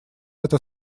это